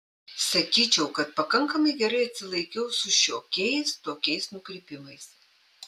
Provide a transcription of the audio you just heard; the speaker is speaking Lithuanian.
sakyčiau kad pakankamai gerai atsilaikiau su šiokiais tokiais nukrypimais